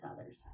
others